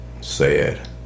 Sad